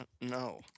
No